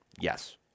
Yes